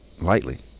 lightly